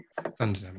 thunder